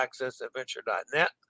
accessadventure.net